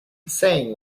saying